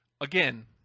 Again